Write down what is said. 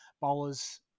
bowlers